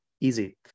easy